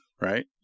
right